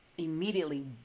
Immediately